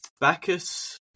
Bacchus